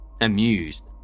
Amused